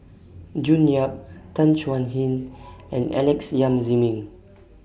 June Yap Tan Chuan Jin and Alex Yam Ziming